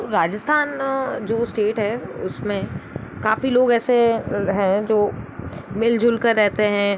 राजस्थान जो स्टेट है उसमें काफ़ी लोग ऐसे है जो मिल जुलकर रहते हैं